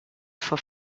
for